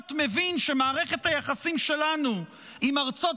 בר-דעת מבין שמערכת היחסים שלנו עם ארצות